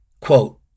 Quote